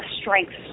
strengths